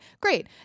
Great